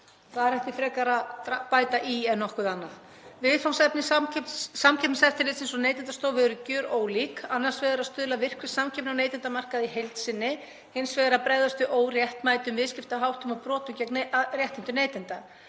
Þar ætti frekar að bæta í en nokkuð annað. Viðfangsefni Samkeppniseftirlitsins og Neytendastofu eru gjörólík. Annars vegar að stuðla að virkri samkeppni á neytendamarkaði í heild sinni, hins vegar að bregðast við óréttmætum viðskiptaháttum og brotum gegn réttindum neytenda.